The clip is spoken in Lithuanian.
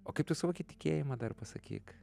o kaip tu suvoki tikėjimą dar pasakyk